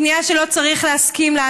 כניעה שלא צריך להסכים לה.